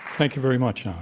thank you very much,